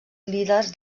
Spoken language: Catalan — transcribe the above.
líders